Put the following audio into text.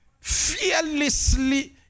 Fearlessly